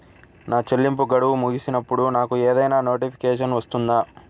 నా చెల్లింపు గడువు ముగిసినప్పుడు నాకు ఏదైనా నోటిఫికేషన్ వస్తుందా?